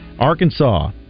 Arkansas